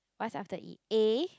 what's after E A